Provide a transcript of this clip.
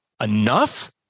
enough